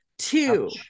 Two